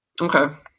Okay